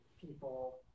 people